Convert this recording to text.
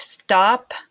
stop